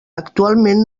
actualment